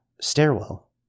stairwell